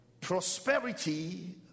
prosperity